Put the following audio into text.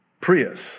Prius